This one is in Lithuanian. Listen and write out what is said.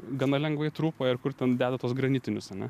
gana lengvai trupa ir kur ten deda tuos granitinius ane